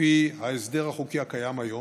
לפי ההסדר החוקי הקיים היום,